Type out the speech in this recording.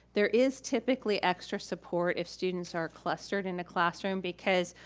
there is typically extra support if students are clustered in a classroom because,